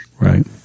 Right